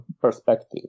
perspective